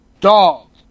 Dog